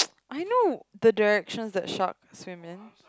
I know the directions that sharks swim in